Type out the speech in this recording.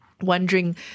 wondering